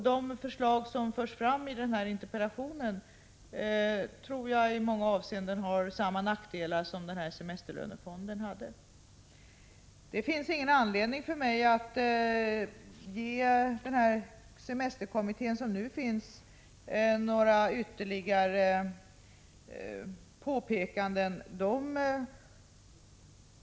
De förslag som förs fram i interpellationen tror jag i många avseenden har samma nackdelar som semesterlönefonden. Det finns ingen anledning för mig att ge den sittande semesterkommittén ytterligare påpekanden.